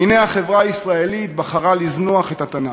והנה, החברה הישראלית בחרה לזנוח את התנ"ך.